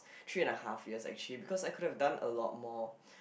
three and a half years actually because I could have done a lot more